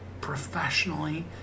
professionally